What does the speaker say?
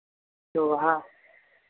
तो वहाँ